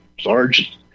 Sarge